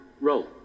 Roll